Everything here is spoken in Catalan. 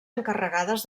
encarregades